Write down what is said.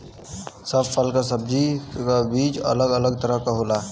सब फल सब्जी क बीज अलग अलग तरह क होला